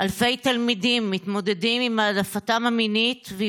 אלפי תלמידים מתמודדים עם העדפתם המינית ועם